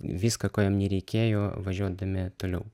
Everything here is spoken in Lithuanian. viską ko jiem nereikėjo važiuodami toliau